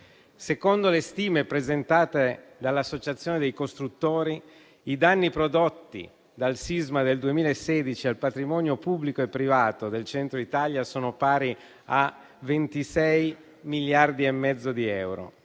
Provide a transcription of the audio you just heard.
Secondo le stime presentate dall'Associazione dei costruttori, i danni prodotti dal sisma del 2016 al patrimonio pubblico e privato del Centro-Italia sono pari a 26,5 miliardi di euro,